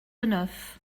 neuf